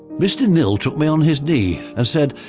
mr. knilll took me on his knee and said,